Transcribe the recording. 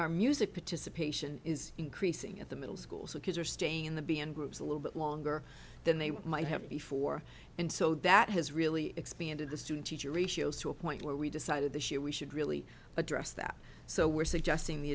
our music participation is increasing at the middle school so kids are staying in the band groups a little bit longer than they might have before and so that has really expanded the student teacher ratios to a point where we decided this year we should really address that so we're suggesting the